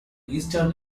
eastern